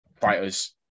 fighters